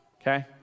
Okay